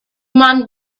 man